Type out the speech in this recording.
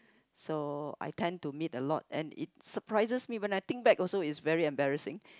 so I tend to meet a lot and it surprises me when I think back a lot it's very embarrassing